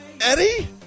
Eddie